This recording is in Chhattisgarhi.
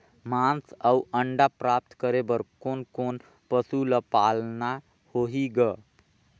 मांस अउ अंडा प्राप्त करे बर कोन कोन पशु ल पालना होही ग?